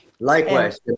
Likewise